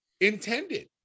Intended